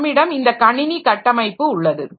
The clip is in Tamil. நம்மிடம் இந்த கணினி கட்டமைப்பு உள்ளது